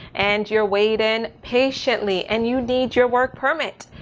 and you're waiting patiently and you need your work permit.